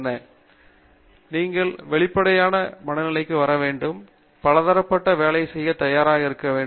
பேராசிரியர் மகேஷ் வி பஞ்சநுலா நீங்கள் வெளிப்படையான மனநிலையுடன் வர வேண்டும் பலதரப்பட்ட வேலை செய்ய தயாராக இருக்க வேண்டும்